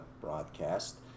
broadcast